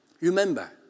remember